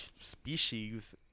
species